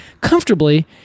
comfortably